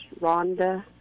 Rhonda